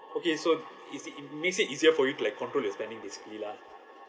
okay so is it it makes it easier for you to like control your spending basically lah